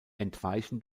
entweichen